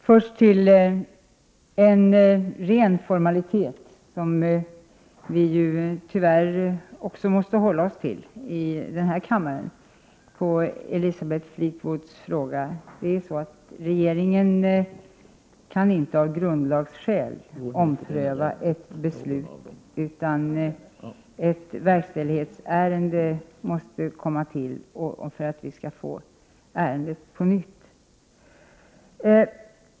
Herr talman! Först en ren formalitet; vi måste tyvärr också hålla oss till formaliteter i den här kammaren. Regeringen kan av grundlagsskäl inte ompröva ett beslut. Ett verkställighetsärende måste komma till för att regeringen skall få ärendet på nytt.